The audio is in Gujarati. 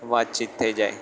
વાતચીત થઈ જાય